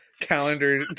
calendar